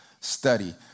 Study